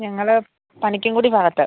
ഞങ്ങൾ പണിക്കൻകുടി ഭാഗത്ത്